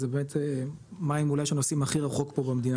זה באמת מים שאולי נוסעים הכי רחוק פה במדינה,